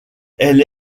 elle